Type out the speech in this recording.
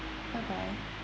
bye bye